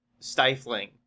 stifling